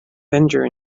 bender